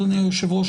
אדוני היושב ראש,